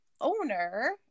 owner